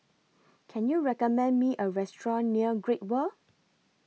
Can YOU recommend Me A Restaurant near Great World